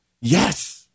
Yes